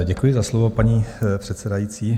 Děkuji za slovo, paní předsedající.